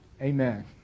Amen